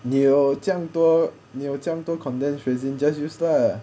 你有这样多有这样多 condensed resin just use lah